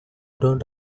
brown